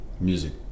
music